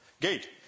gate